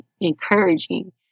encouraging